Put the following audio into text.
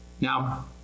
Now